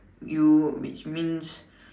you which means